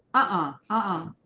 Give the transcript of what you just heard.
ah, ah,